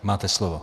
Máte slovo.